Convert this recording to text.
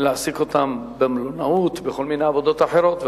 להעסיק אותם במלונאות ובכל מיני עבודות אחרות,